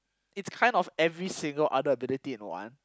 it's kind of every single other ability in one